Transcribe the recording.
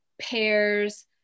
pairs